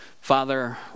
Father